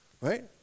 right